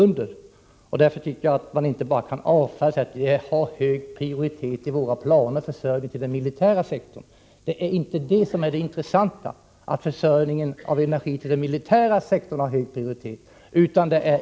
Därför tycker jag att man inte bara kan avfärda denna fråga med att säga att vi har hög prioritet i våra planer för service till den militära sektorn. Det är inte det som är det intressanta — att försörjningen av energi till den militära sektorn har hög prioritet.